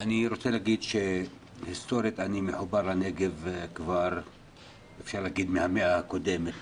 אני רוצה להגיד שהסטורית אני מחובר לנגב כבר אפשר להגיד מהמאה הקודמת,